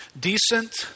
decent